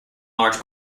large